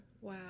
Wow